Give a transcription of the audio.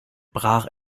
brach